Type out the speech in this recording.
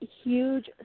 huge